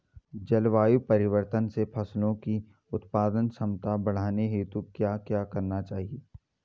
जलवायु परिवर्तन से फसलों की उत्पादन क्षमता बढ़ाने हेतु क्या क्या करना चाहिए?